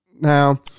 Now